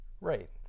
Right